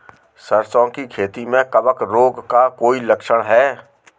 सरसों की खेती में कवक रोग का कोई लक्षण है?